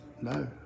no